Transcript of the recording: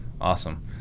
Awesome